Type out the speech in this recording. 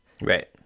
right